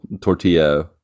tortilla